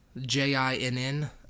J-I-N-N